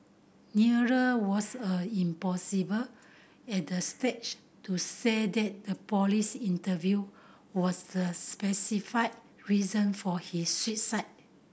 neither was a impossible at this stage to say that the police interview was the specify reason for his suicide